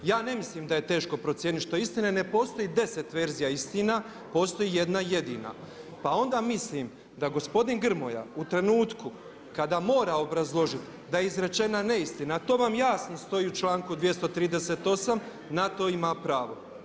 Ja ne mislim da je teško procijeniti što je istina jer ne postoji deset verzija istina, postoji jedna jedina, pa onda mislim da gospodin Grmoja u trenutku da mora obrazložiti da je izrečena neistina, to vam jasno stoji u članku 238. na to ima pravo.